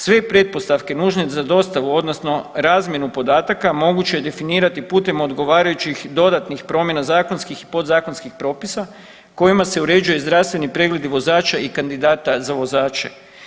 Sve pretpostavke nužne za dostavu, odnosno razmjenu podataka moguće je definirati putem odgovarajućih dodatnih promjena zakonskih, podzakonskih propisa kojima se uređuju zdravstveni pregledi vozača i kandidata za vozače.